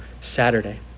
Saturday